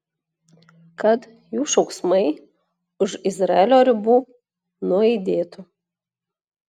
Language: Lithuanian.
kad jų šauksmai už izraelio ribų nuaidėtų